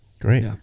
Great